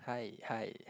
hi hi